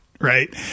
Right